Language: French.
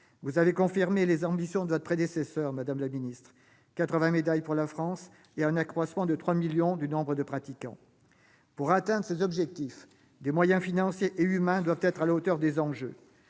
la ministre, les ambitions de votre prédécesseur- quatre-vingts médailles pour la France et un accroissement de trois millions du nombre de pratiquants. Pour atteindre ces objectifs, des moyens financiers et humains doivent être à la hauteur des enjeux.